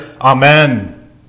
amen